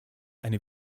eine